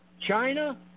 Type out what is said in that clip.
China